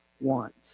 want